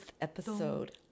episode